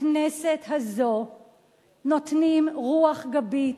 בכנסת הזו נותנים רוח גבית